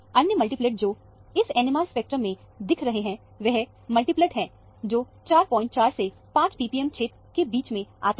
अन्य मल्टीप्लेट जो इस NMR स्पेक्ट्रम में दिख रहे हैं वह मल्टीप्लेट है जो 44 से 5ppm क्षेत्र के बीच में आते हैं